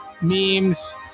Memes